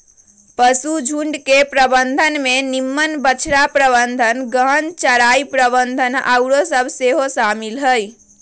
पशुझुण्ड के प्रबंधन में निम्मन बछड़ा प्रबंधन, गहन चराई प्रबन्धन आउरो सभ सेहो शामिल हइ